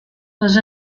les